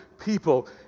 people